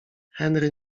henry